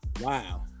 Wow